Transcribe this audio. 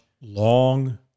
long